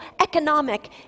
economic